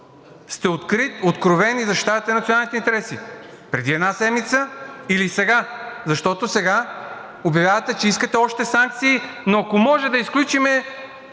сте открит, откровен и защитавате националните интереси – преди една седмица или сега? Защото сега обявявате, че искате още санкции, но ако може да изключим